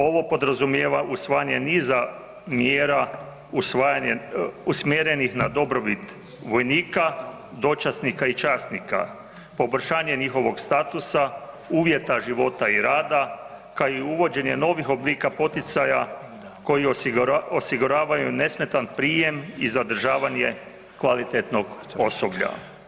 Ovo podrazumijeva usvajanje niza mjera usvajanjem, usmjerenih na dobrobit vojnika, dočasnika i časnika, poboljšanje njihovog statusa, uvjeta života i rada, kao i uvođenje novih oblika poticaja koji osiguravaju nesmetan prijem i zadržavanje kvalitetnog osoblja.